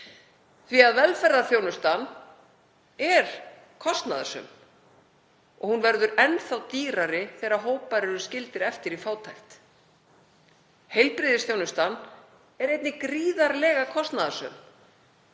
því að velferðarþjónustan er kostnaðarsöm. Og hún verður enn dýrari þegar hópar eru skildir eftir í fátækt. Heilbrigðisþjónustan er einnig gríðarlega kostnaðarsöm.